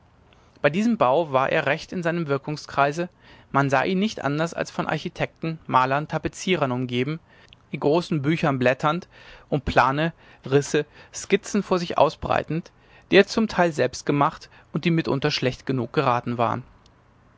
bei diesem bau war er recht in seinem wirkungskreise man sah ihn nicht anders als von architekten malern tapezierern umgeben in großen büchern blätternd und plane risse skizzen vor sich ausbreitend die er zum teil selbst gemacht und die mitunter schlecht genug geraten waren